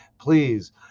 please